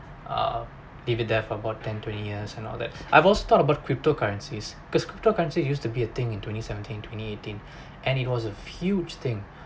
uh leave it there for about ten twenty years and all that I will stop about crypto currencies because crypto currency used to be a thing in twenty seventeen twenty eighteen and it was a huge thing